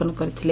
ପନ କରିଥିଲେ